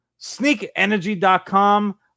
sneakenergy.com